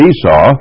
Esau